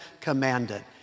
commanded